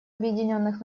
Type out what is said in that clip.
объединенных